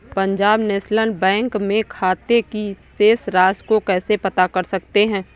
Punjab national bank में खाते की शेष राशि को कैसे पता कर सकते हैं?